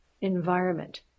environment